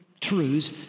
truths